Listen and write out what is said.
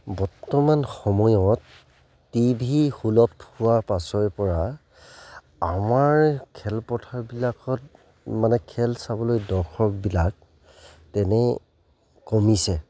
বৰ্তমান সময়ত T V সুলভ হোৱাৰ পাছৰেপৰা আমাৰ খেলপথাৰবিলাকত মানে খেল চাবলৈ দৰ্শকবিলাক তেনেই কমিছে